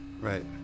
Right